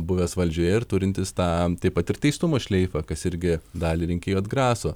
buvęs valdžioje ir turintis tą taip pat ir teistumo šleifą kas irgi dalį rinkėjų atgraso